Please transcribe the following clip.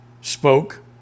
spoke